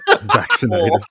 Vaccinated